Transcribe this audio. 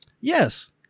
yes